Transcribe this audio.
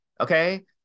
okay